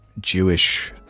Jewish